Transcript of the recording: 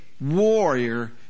warrior